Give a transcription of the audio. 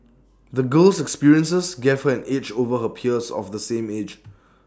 the girl's experiences gave her an edge over her peers of the same age